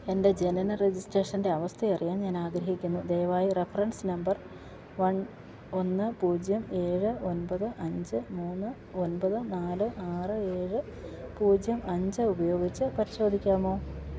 എന്റെ ജനന രജിസ്ട്രേഷന്റെ അവസ്ഥയറിയാൻ ഞാനാഗ്രഹിക്കുന്നു ദയവായി റഫറൻസ് നമ്പർ ഒന്ന് പൂജ്യം ഏഴ് ഒൻപത് അഞ്ച് മൂന്ന് ഒൻപത് നാല് ആറ് ഏഴ് പൂജ്യം അഞ്ച് ഉപയോഗിച്ചു പരിശോധിക്കാമോ